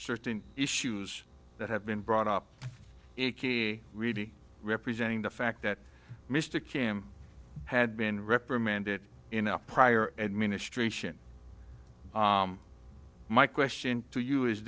certain issues that have been brought up really representing the fact that mr kim had been reprimanded in a prior administration my question to you is